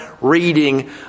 reading